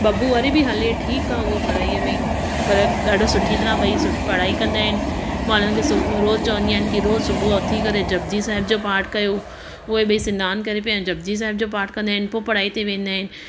बबु वरी बि हले ठीक आहे उहो पढ़ाईअ में पर ॾाढो सुठी तरह ॿई पढ़ाई कंदा आहिनि मां हिननि खे सुब रोज़ चवंदी आहिनि कि रोज़ सुबुह उथी करे जपजी साहिब जो पाठ कयो उहे बि सनानु करे पंहिंजो जपजी साहिब जो पाठ कंदा आहिनि पोइ पढ़ाई ते वेंदा आहिनि